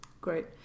Great